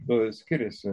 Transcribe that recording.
kuo jis skiriais